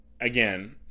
Again